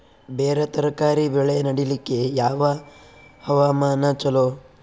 ಬೇರ ತರಕಾರಿ ಬೆಳೆ ನಡಿಲಿಕ ಯಾವ ಹವಾಮಾನ ಚಲೋ?